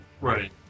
Right